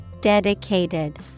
dedicated